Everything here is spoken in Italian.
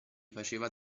faceva